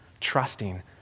trusting